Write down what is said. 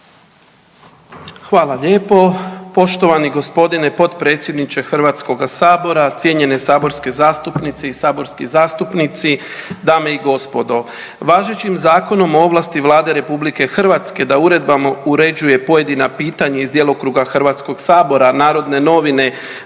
Hvala lijepo. Poštovani g. potpredsjedniče HS-a, cijenjene saborske zastupnice i saborski zastupnici, dame i gospodo. Važećim Zakonom o ovlasti Vlade RH da uredbama uređuje pojedina pitanja iz djelokruga HS-a NN br. 133/2020,